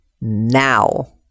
now